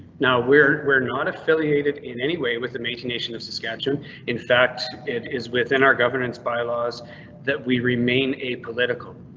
now we are we are not affiliated in any way with the main to nation of saskatchewan. in fact, it is within our governance bylaws that we remain apolitical.